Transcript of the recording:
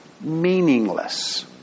meaningless